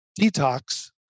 detox